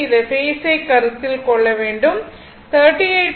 இந்த பேஸை கருத்தில் கொள்ள வேண்டும் 38